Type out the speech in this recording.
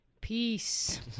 Peace